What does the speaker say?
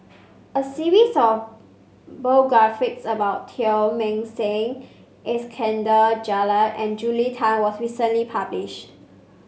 a series of biographies about Teng Mah Seng Iskandar Jalil and Julia Tan was recently published